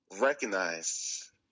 recognize